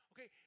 Okay